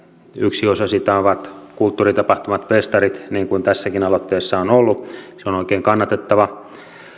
yksi osa sitä ovat kulttuuritapahtumat festarit niin kuin tässäkin aloitteessa ovat olleet se on oikein kannatettavaa